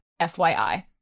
FYI